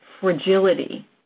fragility